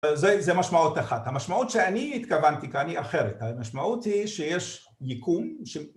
זה משמעות אחת, המשמעות שאני התכוונתי כאן היא אחרת, המשמעות היא שיש ייקום ש...